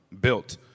built